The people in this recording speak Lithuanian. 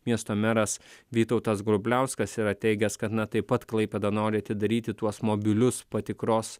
miesto meras vytautas grubliauskas yra teigęs kad na taip pat klaipėda nori atidaryti tuos mobilius patikros